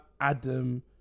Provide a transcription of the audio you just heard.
Adam